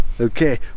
Okay